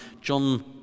John